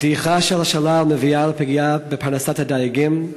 דעיכה של השלל מביאה לפגיעה בפרנסת הדייגים,